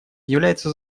является